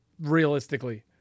realistically